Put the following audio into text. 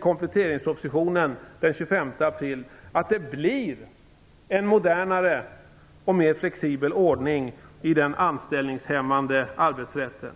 kompletteringspropositionen den 25 april ge besked om att det blir en modernare och mer flexibel ordning i den anställningshämmande arbetsrätten.